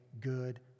good